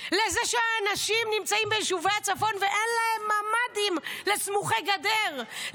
לזה שאנשים נמצאים ביישובי הצפון ואין להם ממ"דים לסמוכי גדר,